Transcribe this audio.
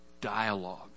dialogue